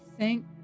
Thank